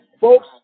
folks